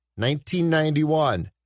1991